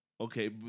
Okay